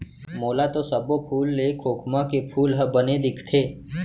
मोला तो सब्बो फूल ले खोखमा के फूल ह बने दिखथे